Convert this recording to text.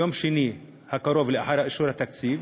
יום שני הקרוב לאחר אישור התקציב,